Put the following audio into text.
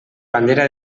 bandera